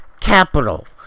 Capital